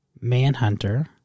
Manhunter